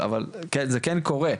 אבל זה כן קורה.